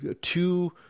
two